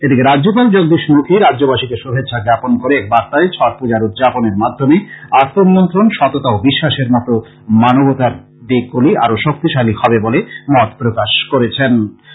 এদিকে রাজ্যপাল জগদীশ মুখী রাজ্যবাসীকে শুভেচ্ছা জ্ঞাপন করে এক বার্তায় ছট পুজার উদ্যাপনের মাধ্যমে আত্মনিয়ন্ত্রণ সততা ও বিশ্বাসের মতো মানবতার দিকগুলি আরো শক্তিশালী হবে বলে মত প্রকাশ করেন